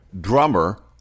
drummer